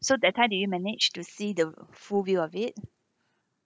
so that time did you manage to see the full view of it